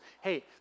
hey